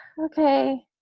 okay